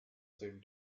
same